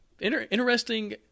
interesting